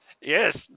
Yes